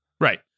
Right